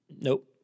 Nope